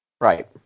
Right